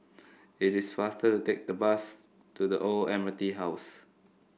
it is faster to take the bus to The Old Admiralty House